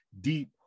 deep